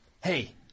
Hey